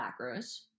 macros